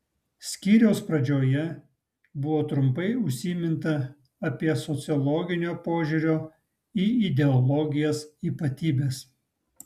skyriaus pradžioje buvo trumpai užsiminta apie sociologinio požiūrio į ideologijas ypatybes